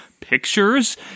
pictures